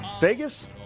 Vegas